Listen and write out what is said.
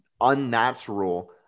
unnatural